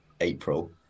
April